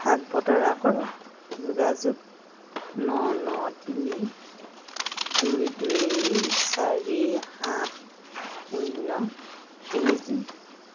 ভাগ বতৰা কৰক যোগাযোগ ন ন তিনি দুই দুই চাৰি সাত শূন্য তিনি তিনি